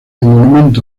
monumento